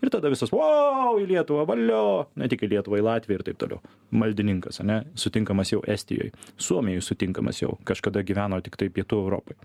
ir tada visos vou į lietuvą valio ne tik į lietuvą į latviją ir taip toliau maldininkas ane sutinkamas jau estijoj suomijoj sutinkamas jau kažkada gyveno tiktai pietų europoj